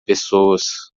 pessoas